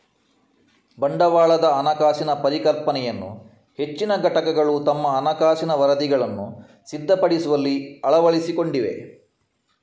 ಬಂಡವಾಳದ ಹಣಕಾಸಿನ ಪರಿಕಲ್ಪನೆಯನ್ನು ಹೆಚ್ಚಿನ ಘಟಕಗಳು ತಮ್ಮ ಹಣಕಾಸಿನ ವರದಿಗಳನ್ನು ಸಿದ್ಧಪಡಿಸುವಲ್ಲಿ ಅಳವಡಿಸಿಕೊಂಡಿವೆ